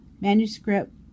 Manuscript